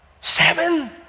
Seven